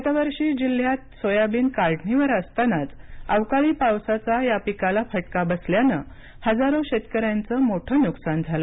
गतवर्षी जिल्ह्यात सोयाबीन काढणीवर असतानाच अवकाळी पावसाचा या पिकाला फटका बसल्यानं हजारो शेतकऱ्यांचं मोठं नुकसान झालं